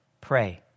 pray